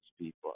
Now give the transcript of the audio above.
people